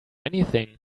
anything